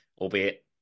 albeit